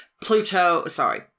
Pluto—sorry